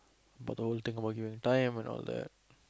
but the whole thing about you and time and all that